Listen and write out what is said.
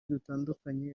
dutandukanye